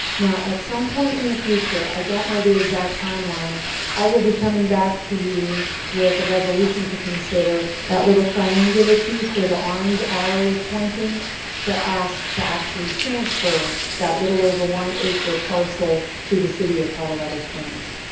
now at some point in the future i don't know the exact timeline i will be coming back to you with a resolution to consider that little triangular piece where the orange arrow is pointing to ask to actually transfer that little over one acre parcel to the city of colorado springs.